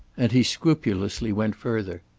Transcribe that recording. and he scrupulously went further.